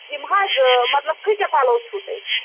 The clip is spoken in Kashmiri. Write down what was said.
یِم حظ مطلب کٕتیٛاہ پَلو چھُو تۄہہِ